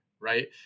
right